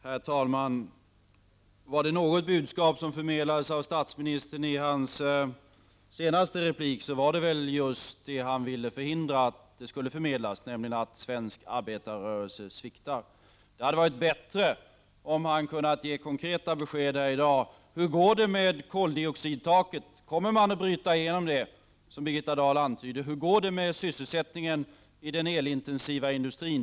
Herr talman! Var det något budskap som förmedlades av statsministern i hans senaste replik, så var det väl just det som han ville förhindra från att förmedlas, nämligen att svensk arbetarrörelse sviktar. Det hade varit bättre om han kunnat ge konkreta besked här i dag om t.ex hur det går med koldioxidtaket. Kommer man att bryta igenom det, som Birgitta Dahl antydde? Hur går det med sysselsättningen i den elintensiva industrin?